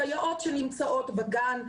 הסייעות שנמצאות בגן,